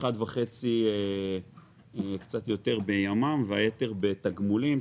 כש-1.5 או קצת יותר בימ"מ, היתר בתגמולים.